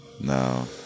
No